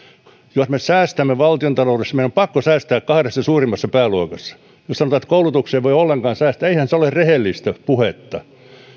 jos me säästämme valtiontaloudessa meidän on pakko säästää kahdessa suurimmassa pääluokassa jos sanotaan ettei koulutuksesta voi ollenkaan säästää eihän se ole rehellistä puhetta